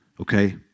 okay